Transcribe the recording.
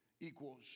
equals